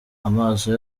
amaso